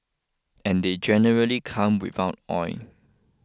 and they generally come without oil